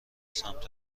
سمت